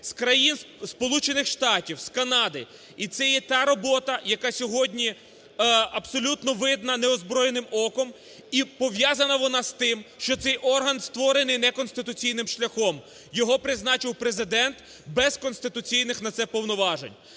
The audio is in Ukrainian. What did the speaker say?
з країн… Сполучених Штатів, з Канади. І це є та робота, яка сьогодні абсолютно видна неозброєним оком, і пов'язана вона з тим, що цей орган створений неконституційним шляхом, його призначив Президент без конституційних на це повноважень.